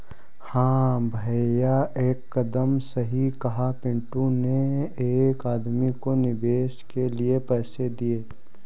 हां भैया एकदम सही कहा पिंटू ने एक आदमी को निवेश के लिए पैसे दिए